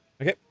Okay